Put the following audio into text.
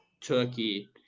turkey